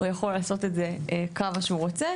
הוא יכול לעשות את זה כמה שהוא רוצה.